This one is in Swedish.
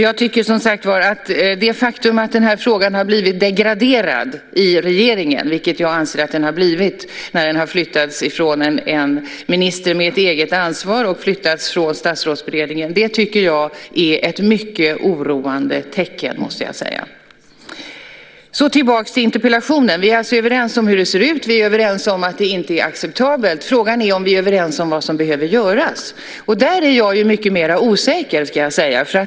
Jag tycker att det faktum att den här frågan har blivit degraderad i regeringen - vilket jag anser att den har blivit det när den har flyttats från en minister med eget ansvar och flyttats från Statsrådsberedningen - är ett mycket oroande tecken. Tillbaka till interpellationen: Vi är alltså överens om hur det ser ut. Vi är överens om att det inte är acceptabelt. Frågan är om vi är överens om vad som behöver göras. Där är jag mycket mera osäker.